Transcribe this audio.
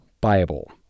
Bible